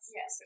Yes